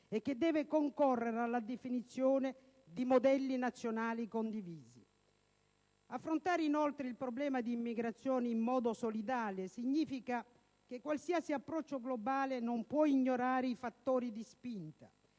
e che deve concorrere alla definizione di modelli nazionali condivisi. Inoltre, affrontare il problema dell'immigrazione in modo solidale significa che qualsiasi approccio globale non può ignorare i fattori di spinta